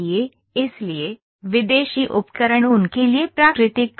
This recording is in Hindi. इसलिए विदेशी उपकरण उनके लिए प्राकृतिक क्षेत्र हैं